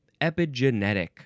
epigenetic